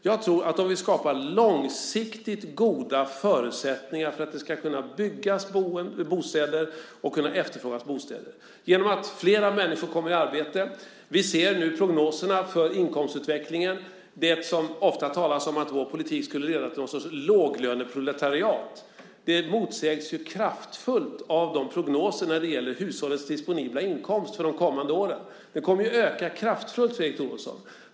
Jag tror att vi skapar långsiktigt goda förutsättningar för att det ska kunna byggas och efterfrågas bostäder genom att flera människor kommer i arbete. Vi ser nu prognoserna för inkomstutvecklingen. Det talas ofta om att vår politik skulle leda till något slags låglöneproletariat. Det motsägs kraftfullt av de prognoser som görs när det gäller hushållens disponibla inkomst för de kommande åren. Den kommer ju att öka kraftfullt, Fredrik Olovsson!